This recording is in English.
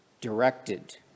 directed